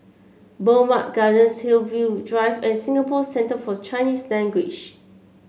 Bowmont Gardens Hillview Drive and Singapore Centre For Chinese Language